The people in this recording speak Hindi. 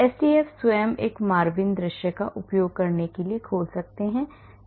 SDF स्वयं हम MARVIN दृश्य का उपयोग करके इसे खोल सकते हैं